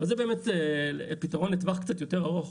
אבל, זה באמת פתרון לטווח קצת יותר ארוך.